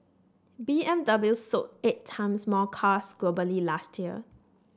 B M W sold eight times more cars globally last year